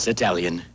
Italian